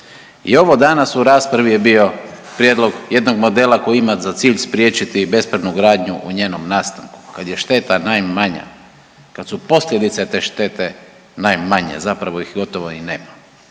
i ovo danas u raspravi je bio prijedlog jednog modela koji ima za cilj spriječiti bespravnu gradnju u njenom nastanku, kad je šteta najmanja, kad su posljedice te štete najmanje, zapravo ih gotovo i nema.